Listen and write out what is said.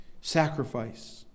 sacrifice